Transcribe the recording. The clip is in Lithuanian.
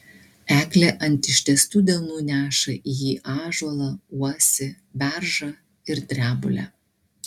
eglė ant ištiestų delnų neša į jį ąžuolą uosį beržą ir drebulę